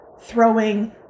throwing